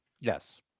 yes